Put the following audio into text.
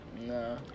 No